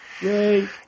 Yay